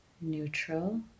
neutral